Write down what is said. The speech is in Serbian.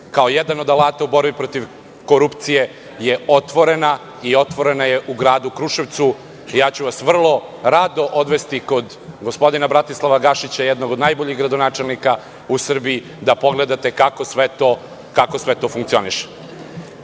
kao jedan od alata u borbi protiv korupcije je otvorena i otvorena je u gradu Kruševcu. Ja ću vas vrlo rado odvesti kod gospodina Bratislava Gašića, jednog od najboljih gradonačelnika u Srbiji, da pogledate kako sve to funkcioniše. Nemojte